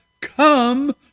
come